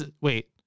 Wait